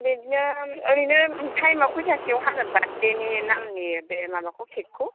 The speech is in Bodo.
बिदिनो ओरैनो टाइम आ कैतासोआव हागोन बार्थडे नि नामनि बे माबाखौ केक खौ